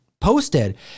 posted